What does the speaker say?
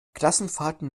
klassenfahrten